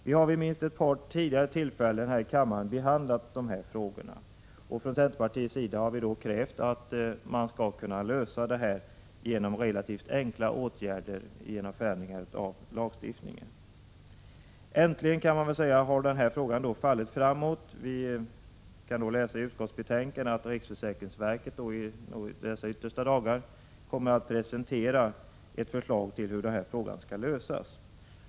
Vi har vid minst ett par 61 tidigare tillfällen här i kammaren behandlat de här frågorna och från centerpartiets sida har vi krävt att problemet skall lösas genom relativt enkla förändringar av lagstiftningen. Äntligen kan man säga att den här frågan har fallit framåt. Vi kan läsa i "betänkandet att riksförsäkringsverket i dessa yttersta dagar kommer att presentera ett förslag till hur denna fråga skall lösas.